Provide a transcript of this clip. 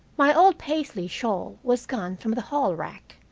my old paisley shawl was gone from the hallrack,